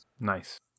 Nice